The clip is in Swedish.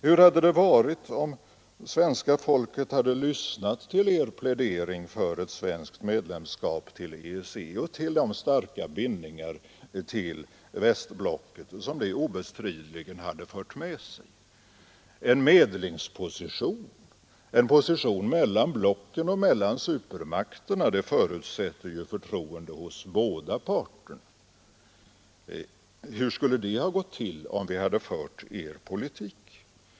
Hur hade det varit om svenska folket lyssnat till er plädering för ett svenskt medlemskap i EEC och till de starka bindningar till västblocket som det obestridligen hade fört med sig? En medlingsposition, en position mellan blocken och supermakterna förutsätter ju förtroende hos båda parter. Hur skulle det ha kunnat gå till, om vi fört er politik?